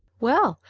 well,